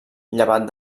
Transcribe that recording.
llevat